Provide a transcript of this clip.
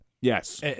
Yes